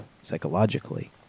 psychologically